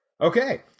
Okay